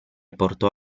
portò